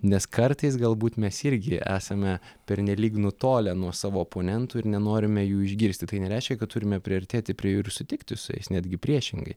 nes kartais galbūt mes irgi esame pernelyg nutolę nuo savo oponentų ir nenorime jų išgirsti tai nereiškia kad turime priartėti prie jų ir sutikti su jais netgi priešingai